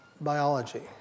biology